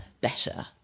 better